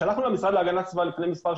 שמונה תקלות טכניות נובעות מהתקנה לא נכונה,